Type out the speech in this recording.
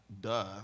duh